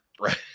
right